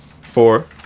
four